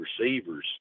receivers